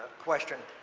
question.